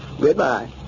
goodbye